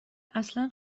اصلا